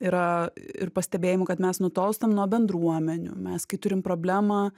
yra ir pastebėjimų kad mes nutolstam nuo bendruomenių mes kai turim problemą